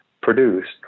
produced